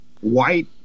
white